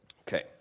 Okay